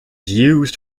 used